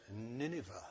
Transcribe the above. Nineveh